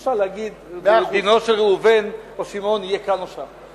אי-אפשר להגיד: דינו של ראובן או שמעון יהיה כאן או שם.